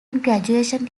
graduation